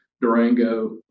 Durango